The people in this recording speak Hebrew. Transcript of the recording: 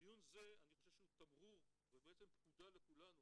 דיון זה, אני חושב שהוא תמרור ובעצם פקודה לכולנו